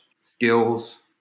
skills